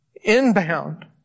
Inbound